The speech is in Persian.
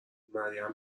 مریم